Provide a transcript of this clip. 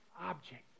object